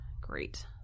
Great